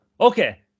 Okay